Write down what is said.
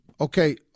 okay